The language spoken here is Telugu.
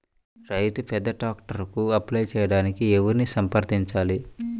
రైతు పెద్ద ట్రాక్టర్కు అప్లై చేయడానికి ఎవరిని సంప్రదించాలి?